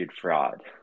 fraud